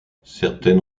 certaines